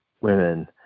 women